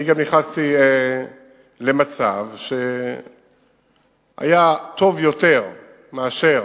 אני גם נכנסתי למצב שהיה טוב יותר מאשר